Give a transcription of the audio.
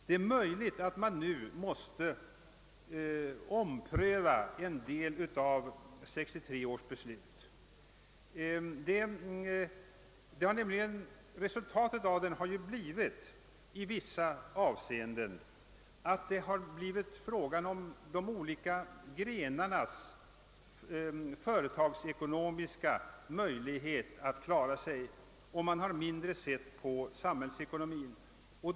Det är möjligt att man till en del måste ompröva 1963 års beslut. Beslutet har nämligen lett till att det i vissa avseenden blivit fråga om de olika grenarnas företagsekonomiska möjligheter att klara sig, varvid man har mindre sett på samhällsekonomin.